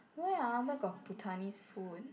where ah where got Bhutanese food